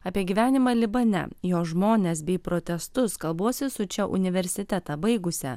apie gyvenimą libane jo žmones bei protestus kalbuosi su čia universitetą baigusia